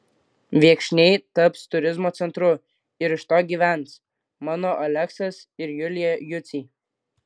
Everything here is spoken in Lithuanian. viekšniai taps turizmo centru ir iš to gyvens mano aleksas ir julija juciai